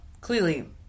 clearly